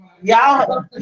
Y'all